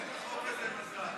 אין לחוק הזה מזל.